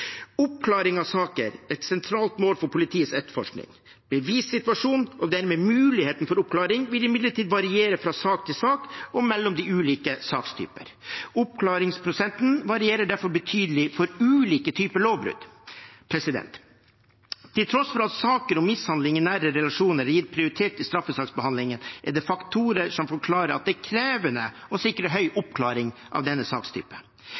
Oppklaring av saker er et sentralt mål for politiets etterforskning. Bevissituasjonen og dermed muligheten for oppklaring vil imidlertid variere fra sak til sak og mellom de ulike sakstyper. Oppklaringsprosenten varierer derfor betydelig for ulike typer lovbrudd. Til tross for at saker om mishandling i nære relasjoner er gitt prioritet i straffesaksbehandlingen, er det faktorer som forklarer at det er krevende å sikre høy oppklaring av denne